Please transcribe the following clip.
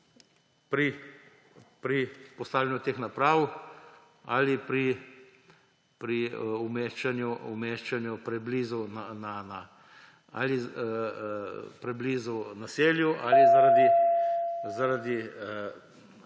pri postavljanju teh naprav ali pri umeščanju preblizu naselij? Zakaj